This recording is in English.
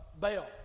Bell